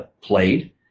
played